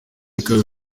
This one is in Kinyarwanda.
ikaba